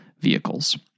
vehicles